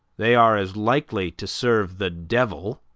they are as likely to serve the devil,